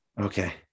okay